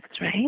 right